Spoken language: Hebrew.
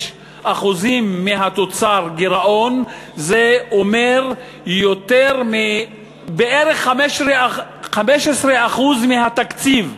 4.65% מהתוצר גירעון זה אומר יותר מבערך 15% מהתקציב.